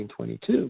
1922